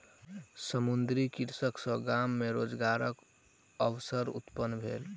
समुद्रीय कृषि सॅ गाम मे रोजगारक अवसर उत्पन्न भेल